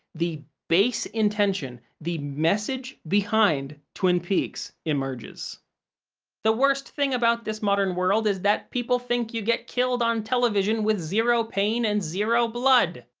the base intention the message behind twin peaks emerges the worst thing about this modern world is that people think you get killed on television with zero pain and zero blood.